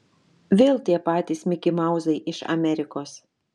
vėl tie patys mikimauzai iš amerikos